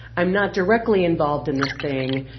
i'm not directly involved in this thing.